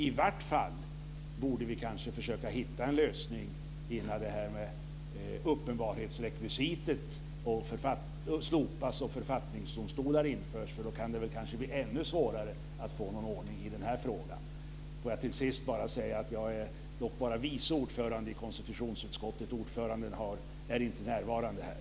I vart fall borde vi kanske försöka hitta en lösning innan uppenbarhetsrekvisitet slopas och författningsdomstolar införs. Då kan det kanske bli ännu svårare att få någon ordning i den här frågan. Låt mig till sist säga att jag bara är vice ordförande i konstitutionsutskottet. Ordföranden är inte närvarande här.